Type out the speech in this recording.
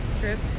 trips